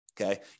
Okay